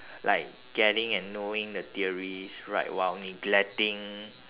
like getting and knowing the theories right while neglecting